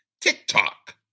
TikTok